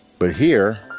but here,